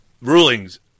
rulings